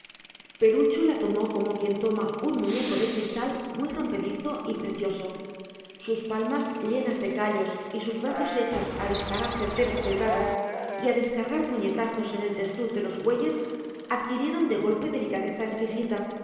perucho la tomó como quien toma un muñeco de cristal muy rompedizo y precioso sus palmas llenas de callos y sus brazos hechos a disparar certeras pedradas y a descargar puñetazos en el testuz de los bueyes adquirieron de golpe delicadeza